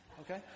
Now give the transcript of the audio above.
Okay